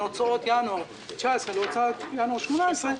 הוצאות ינואר 2019 להוצאות ינואר 2018,